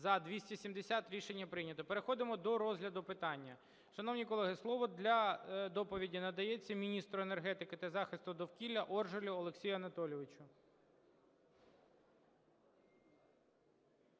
За – 270 Рішення прийнято. Переходимо до розгляду питання. Шановні колеги, слово для доповіді надається міністру енергетики та захисту довкілля Оржелю Олексію Анатолійовичу.